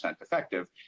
effective